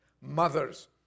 Mothers